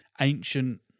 ancient